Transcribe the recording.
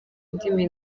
indimi